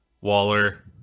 waller